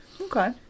okay